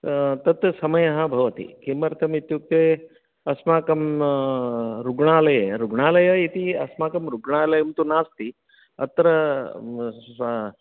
तत्र समयः भवति किमर्थम् इत्युक्ते अस्माकं रुग्णालये रुग्णालय इति अस्माकं रुग्णालयं तु नास्ति अत्र